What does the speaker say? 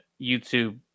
YouTube